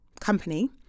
company